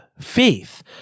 faith